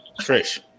Trish